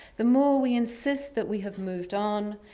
the more we insist that we have moved on,